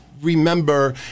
remember